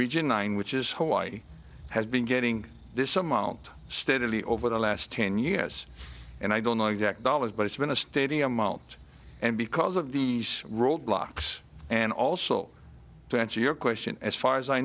region one which is hawaii has been getting this amount steadily over the last ten us and i don't know exact dollars but it's been a stadium out and because of these roadblocks and also to answer your question as far as i